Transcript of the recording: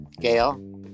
Gail